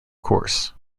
course